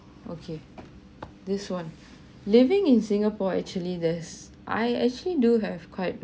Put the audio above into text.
okay this one living in singapore actually this I actually do have quite